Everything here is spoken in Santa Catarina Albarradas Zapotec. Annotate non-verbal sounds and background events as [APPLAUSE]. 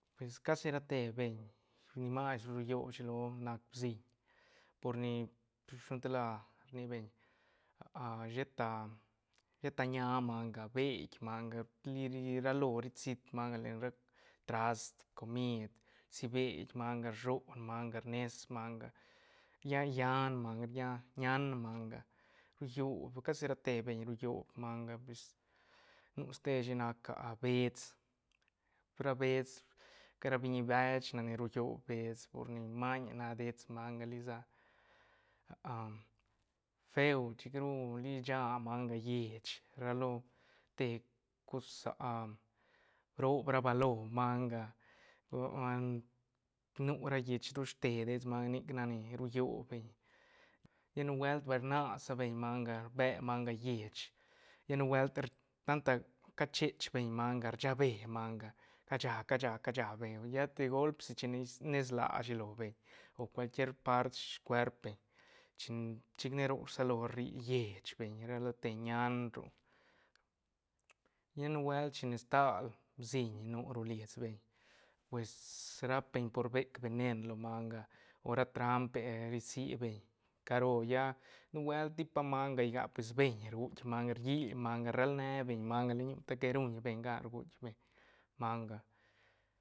Pues casi ra te beñ ni mas ru rullob chilo nac bsiñ por ni shilo gan tal la rni beñ [HESITATION] sheta- sheta ña manga beit manga li- li ra lo ri siit manga len ra trast comid rsi beit manga rshon manga rnes manga lla- llan manga lla nañ manga ru llob casi ra te beñ ru llob manga pues nu ste shi nac [HESITATION] bets pur ra bets nica ra biñi bech nac ni ru llob bets por ni maiñ nac dets manga li sa [HESITATION] feu chic ru lisha manga llech ra lo te cos [HESITATION] brob ra balo manga [HESITATION] nu ra llech toste dets manga nic nac ni ru llob beñ lla nubuelt bal rnas sa beñ manga rbe manga llech lla nubuelt tanta ca chech beñ manga rsha bee manga ca cha- ca cha- ca cha be lla de golp si chine rnes lashi lo beñ o cual quier part scuerp beñ chin chic ne roc rsalo rri llech beñ ra lote ñan ro lla nubuelt chine stal bsiñ nu ro lis beñ pues rap beñ por rbec venen lo manga o ra trampe ri sibeñ caro lla nubuelt ti pa manga gia pues beñ rguitk manga riil manga rel ne beñ manga le ñu ta que ruñ beñ gan rguitk beñ manga